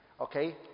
Okay